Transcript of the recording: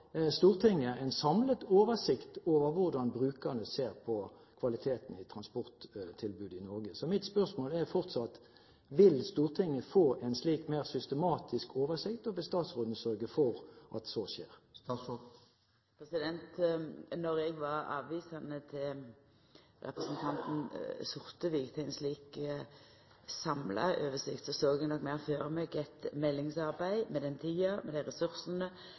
Stortinget en samlet oversikt over hvordan brukerne ser på kvaliteten i transporttilbudet i Norge. Så mitt spørsmål er fortsatt: Vil Stortinget få en slik mer systematisk oversikt, og vil statsråden sørge for at så skjer? Då eg var avvisande til representanten Sortevik med omsyn til ei slik samla oversikt, såg eg nok meir for meg eit meldingsarbeid, med den tida